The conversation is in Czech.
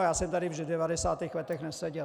Já jsem tady v devadesátých letech neseděl.